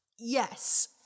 Yes